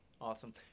Awesome